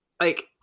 like-